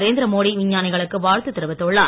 நரேந்திரமோடி விஞ்ஞானிகளுக்கு வாழ்த்து தெரிவித்துள்ளார்